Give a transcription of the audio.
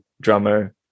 drummer